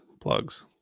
plugs